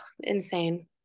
insane